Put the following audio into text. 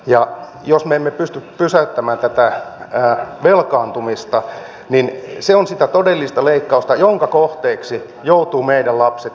ja jos me emme pysty pysäyttämään tätä velkaantumista niin se on sitä todellista leikkausta jonka kohteeksi joutuvat meidän lapset ja meidän lapsenlapset